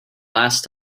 last